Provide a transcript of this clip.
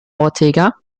ortega